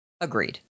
Agreed